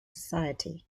society